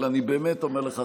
אבל אני באמת אומר לך,